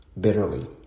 bitterly